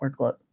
workload